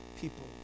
people